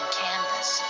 canvas